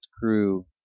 crew